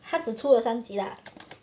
他只出了三集 lah